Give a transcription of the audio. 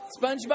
SpongeBob